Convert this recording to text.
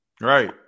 Right